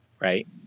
right